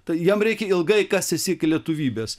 tai jam reikia ilgai kastis iki lietuvybės